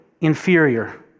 inferior